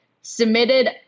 submitted